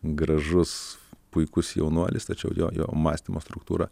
gražus puikus jaunuolis tačiau jo jo mąstymo struktūra